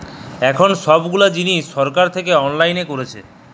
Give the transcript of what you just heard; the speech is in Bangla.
এখল ছব গুলা জিলিস ছরকার থ্যাইকে অললাইল ক্যইরেছে